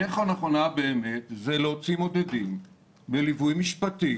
הדרך הנכונה באמת היא להוציא מודדים בליווי משפטי